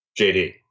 JD